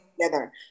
together